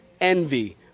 Envy